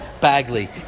Bagley